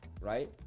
right